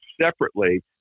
separately